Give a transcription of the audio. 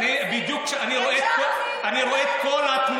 אני רואה את כל התמונה.